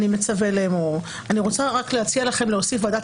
אני מצווה לאמור: אני רוצה רק להציע לכך להוסיף ועדת